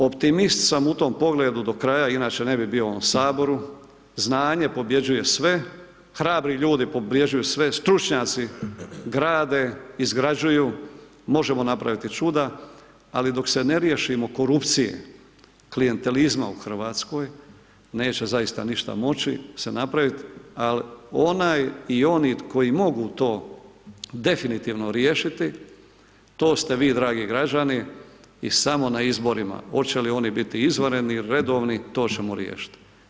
Optimist sam u tom pogledu do kraja inače ne bi bio u ovom saboru, znanje pobjeđuje sve, hrabri ljudi pobjeđuju sve, stručnjaci grade, izgrađuju, možemo napraviti čuda, ali dok se ne riješimo korupcije, klijentelizma u Hrvatskoj neće zaista ništa moći se napraviti, ali onaj i oni koji mogu to definitivno riješiti to ste vi dragi građani i samo na izborima oče li oni biti izvanredni ili redovni to ćemo riješiti.